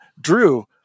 Drew